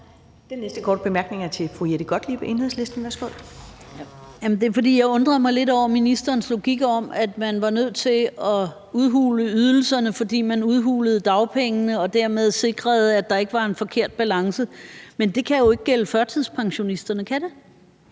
Den næste korte bemærkning er til fru Jette Gottlieb, Enhedslisten. Værsgo. Kl. 14:12 Jette Gottlieb (EL): Det er, fordi jeg undrede mig lidt over ministerens logik om, at man var nødt til at udhule ydelserne, fordi man udhulede dagpengene, og dermed sikrede, at der ikke var en forkert balance. Men det kan jo ikke gælde førtidspensionisterne. Kan det?